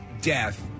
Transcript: death